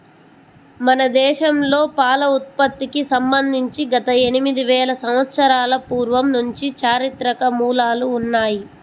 మన దేశంలో పాల ఉత్పత్తికి సంబంధించి గత ఎనిమిది వేల సంవత్సరాల పూర్వం నుంచి చారిత్రక మూలాలు ఉన్నాయి